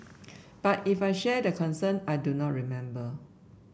but if I shared concern I do not remember